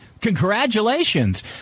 Congratulations